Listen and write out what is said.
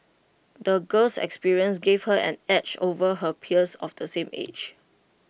the girl's experiences gave her an edge over her peers of the same age